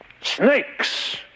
Snakes